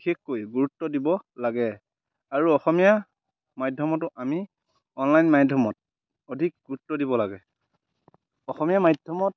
বিশেষকৈ গুৰুত্ব দিব লাগে আৰু অসমীয়া মাধ্যমতো আমি অনলাইন মাধ্যমত অধিক গুৰুত্ব দিব লাগে অসমীয়া মাধ্যমত